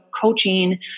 coaching